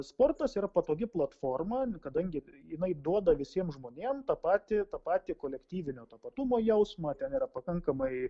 sportas yra patogi platforma kadangi jinai duoda visiem žmonėm tą patį tą patį kolektyvinio tapatumo jausmą ten yra pakankamai